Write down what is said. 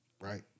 right